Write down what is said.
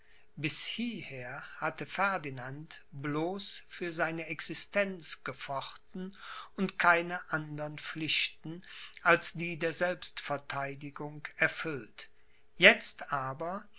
bis hieher hatte ferdinand bloß für seine existenz gefochten und keine andern pflichten als die der selbstvertheidigung erfüllt jetzt aber